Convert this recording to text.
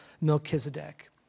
Melchizedek